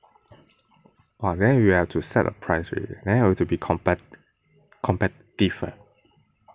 !wah! then you have to set a price already then you have to be compet~ competitive leh